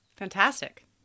Fantastic